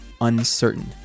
uncertain